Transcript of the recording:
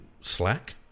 slack